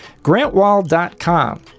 grantwall.com